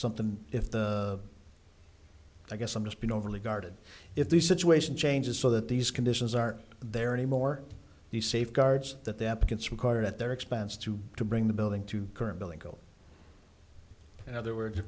something if the i guess i'm just being overly guarded if the situation changes so that these conditions aren't there anymore the safeguards that the applicants require at their expense to bring the building to curb illegal in other words